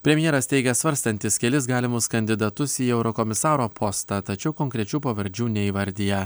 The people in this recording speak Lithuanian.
premjeras teigia svarstantis kelis galimus kandidatus į eurokomisaro postą tačiau konkrečių pavardžių neįvardija